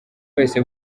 wese